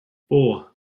four